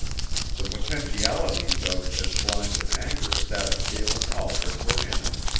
the potentialities of as blind an anger as that of galen albret were in him.